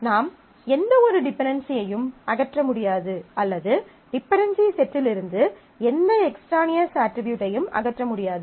நாம் எந்தவொரு டிபென்டென்சியையும் அகற்ற முடியாது அல்லது டிபென்டென்சி செட்டில் இருந்து எந்த எக்ஸ்ட்ரானியஸ் அட்ரிபியூட்டையும் அகற்ற முடியாது